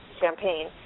champagne